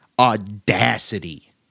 audacity